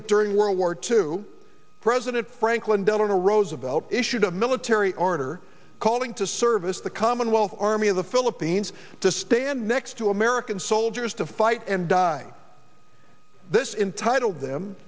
that during world war two president franklin delano roosevelt issued a military order calling to service the commonwealth army of the philippines to stand next to american soldiers to fight and die this entitle them